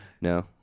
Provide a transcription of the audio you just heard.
No